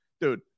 Dude